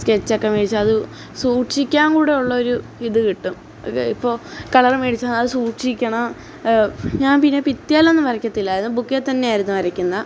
sketch ഒക്കെ മേടിച്ച് അത് സൂക്ഷിക്കാന് കൂടെ ഉള്ള ഒരു ഇത് കിട്ടും ഒക്കെ ഇപ്പോൾ കളറ് മേടിച്ച അത് സൂക്ഷിക്കണം ഞാന് പിന്നെ ഭിത്തിയേലൊന്നും വരക്കത്തില്ലാരുന്ന് ബുക്കിൽ തന്നെ ആയിരുന്നു വരക്കുന്നത്